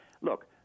Look